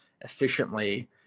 efficiently